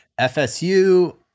FSU